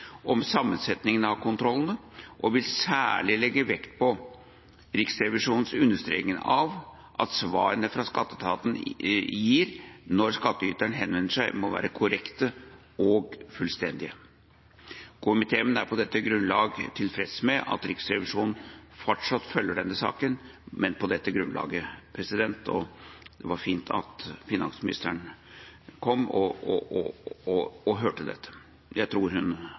av kontrollene, og vil særlig legge vekt på Riksrevisjonens understrekning av at svarene skatteetaten gir når skattyterne henvender seg, må være korrekte og fullstendige. Komiteen er på dette grunnlag tilfreds med at Riksrevisjonen fortsatt følger denne saken, men på dette grunnlaget. Det var fint at finansministeren kom og hørte dette. Jeg tror hun